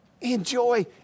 Enjoy